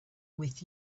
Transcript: with